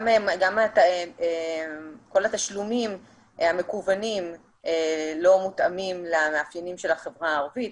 גם כל התשלומים המקוונים לא מותאמים למאפיינים של החברה הערבית.